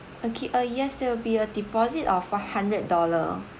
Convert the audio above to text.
okay uh yes there will be a deposit of five hundred dollar